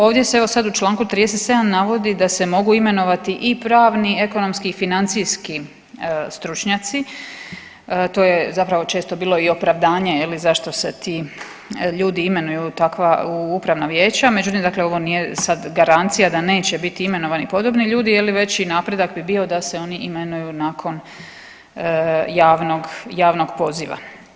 Ovdje se evo sad u čl. 37. navodi da se mogu imenovati i pravni, ekonomski i financijski stručnjaci, to je zapravo često bilo i opravdanje je li zašto se ti ljudi imenuju u takva, u upravna vijeća, međutim dakle ovo nije sad garancija da neće bit imenovani podobni ljudi je li veći napredak bi bio da se oni imenuju nakon javnog, javnog poziva.